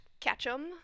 Catchem